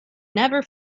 never